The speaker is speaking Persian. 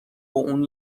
اون